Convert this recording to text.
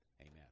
Amen